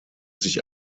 sich